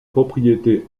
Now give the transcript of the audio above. propriétés